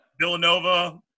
villanova